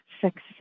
success